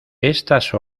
estas